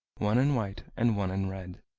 one in white, and one in red,